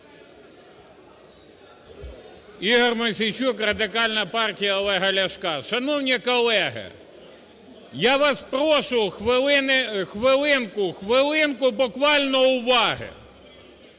Ігор Мосійчук, Радикальна партія Олега Ляшка. Шановні колеги, я вас прошу хвилинку, хвилинку буквально уваги.